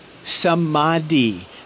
Samadhi